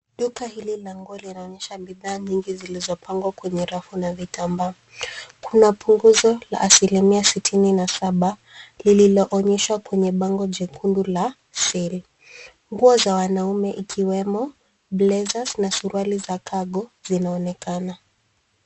Duka hili la nguo linaonyesha bidhaa nyingi zilizo pangwa kwenye rafu na vitambaa kuna punguzo la asilimia sitini na saba lililo onyeshwa kwenye bango jekundu la siri. Nguo za wanaume ikiwemo blazers na suruali za cargo zinaonekana.